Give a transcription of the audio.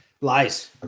Lies